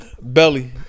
Belly